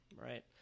right